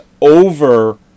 over